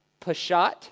Peshat